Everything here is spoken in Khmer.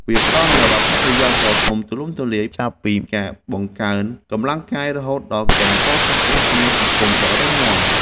វាផ្ដល់នូវអត្ថប្រយោជន៍ដ៏ទូលំទូលាយ ចាប់ពីការបង្កើនកម្លាំងកាយ រហូតដល់ការកសាងទំនាក់ទំនងសង្គមដ៏រឹងមាំ។